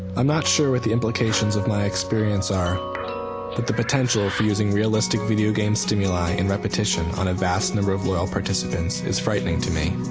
i'm not sure what the implications of my experience are, but the potential for using realistic video game stimuli in repetition on a vast number of loyal participants is frightening to me.